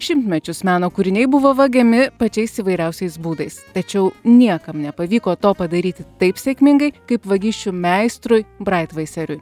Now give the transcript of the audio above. šimtmečius meno kūriniai buvo vagiami pačiais įvairiausiais būdais tačiau niekam nepavyko to padaryti taip sėkmingai kaip vagysčių meistrui braitvaiseriui